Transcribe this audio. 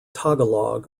tagalog